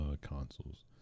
consoles